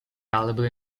valuable